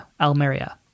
Almeria